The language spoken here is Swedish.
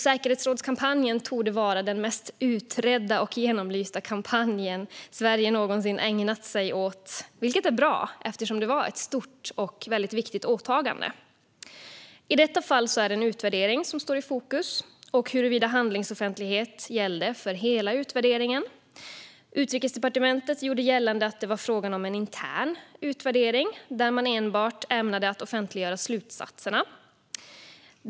Säkerhetsrådskampanjen torde vara den mest utredda och genomlysta kampanj Sverige någonsin ägnat sig åt - vilket är bra, eftersom det var ett stort och viktigt åtagande. I detta fall är det en utvärdering som står i fokus och huruvida handlingsoffentlighet gällde för hela utvärderingen. Utrikesdepartementet gjorde gällande att det var fråga om en intern utvärdering där man ämnade offentliggöra enbart slutsatserna.